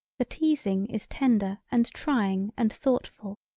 the teasing is tender and trying and thoughtful.